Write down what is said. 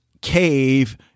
cave